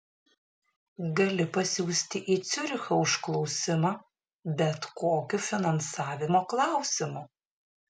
gali pasiųsti į ciurichą užklausimą bet kokiu finansavimo klausimu